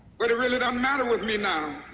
but it really doesn't matter with me now